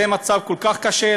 זה מצב כל כך קשה.